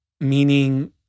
Meaning